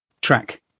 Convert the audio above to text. track